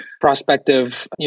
prospective